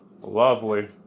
Lovely